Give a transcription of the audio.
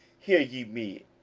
hear ye me,